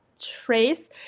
trace